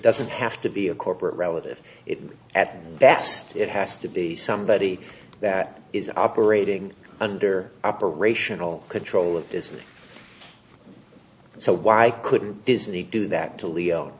doesn't have to be a corporate relative it at that it has to be somebody that is operating under operational control of this so why couldn't disney do that to leo